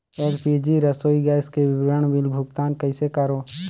LPG रसोई gas के विवरण बिल भुगतान कइसे करों?